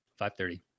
530